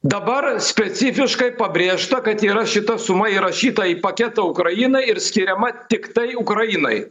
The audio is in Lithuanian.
dabar specifiškai pabrėžta kad yra šita suma įrašytą į paketą ukrainai ir skiriama tiktai ukrainai